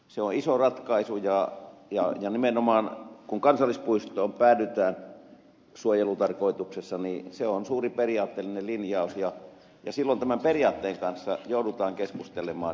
se on iso ratkaisu ja nimenomaan kun kansallispuistoon päädytään suojelutarkoituksessa se on suuri periaatteellinen linjaus ja silloin tämän periaatteen kanssa joudutaan keskustelemaan ja ottamaan kantaa